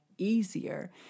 easier